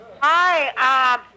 Hi